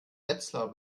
wetzlar